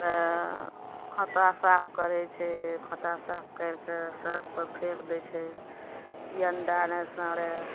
तऽ खोता साफ करै छै खोता साफ करि कऽ सड़क पर फेक दै छै कि अण्डा रहि सड़े